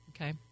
Okay